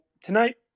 tonight